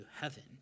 heaven